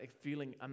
feeling